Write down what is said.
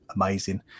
amazing